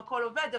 הכול עובד.